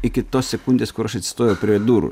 iki tos sekundės kur aš atsistojau prie durų